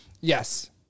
Yes